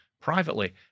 privately